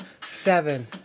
seven